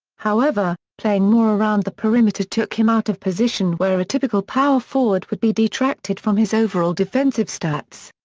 however, playing more around the perimeter took him out of position where a typical power forward would be detracted from his overall defensive stats.